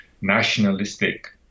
nationalistic